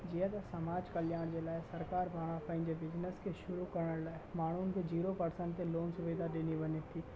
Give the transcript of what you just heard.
जीअं त समाज कल्याण जे लइ सरकार पारां पंहिंजे बिज़निस खे शुरू करण लाइ माण्हुनि खे जीरो पर्सेंट ते लोन सुविधा ॾिनी वञे थी